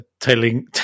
telling